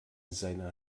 seiner